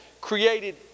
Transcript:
created